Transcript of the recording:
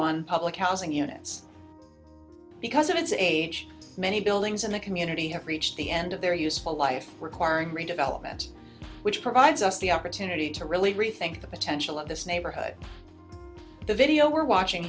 one public housing units because of his age many buildings in the community have reached the end of their useful life requiring redevelopment which provides us the opportunity to really rethink the potential of this neighborhood the video we're watching